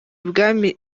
ibwami